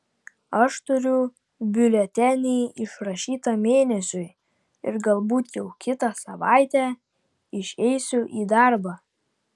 aš turiu biuletenį išrašytą mėnesiui ir galbūt jau kitą savaitę išeisiu į darbą